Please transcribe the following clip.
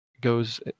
goes